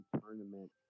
tournament